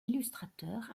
illustrateur